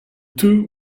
two